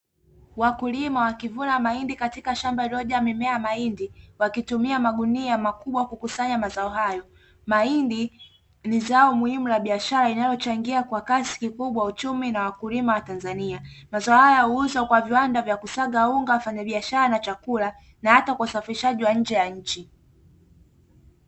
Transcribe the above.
Wakulima wakivuna mahindi katika shamba lililojaa mimea ya mahindi wakitumia magunia makubwa kukusanya mazao hayo. Mahindi ni zao muhimu la biashara linalochangia kwa kiasi kikubwa uchumi na wakulima wa Tanzania, mazao haya huuzwa kwa viwanda vya kusaga unga, wafanyabiashara na chakula na hata kwa usafirishaji wa nje ya nchi.